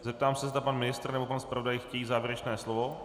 Zeptám se, zda pan ministr nebo pan zpravodaj chtějí závěrečné slovo.